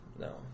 no